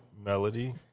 melody